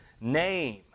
Name